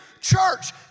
Church